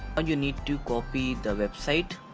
ah you need to copy the website.